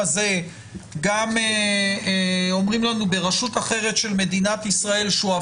שגם רשות אחרת במדינת ישראל אומרת שמדובר